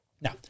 Now